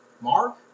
Mark